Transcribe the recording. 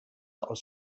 aus